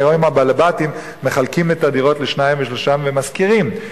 הרי היום בעלי הבתים מחלקים את הדירות לשניים ולשלושה חלקים ומשכירים.